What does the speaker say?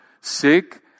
sick